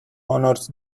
honours